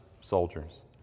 soldiers